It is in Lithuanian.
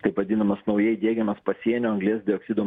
kaip vadinamas naujai diegiamas pasienio anglies dioksido